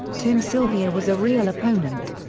tim sylvia was a real opponent.